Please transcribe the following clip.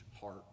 heart